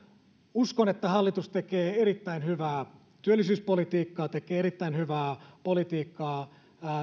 uskon että hallitus tekee erittäin hyvää työllisyyspolitiikkaa tekee erittäin hyvää politiikkaa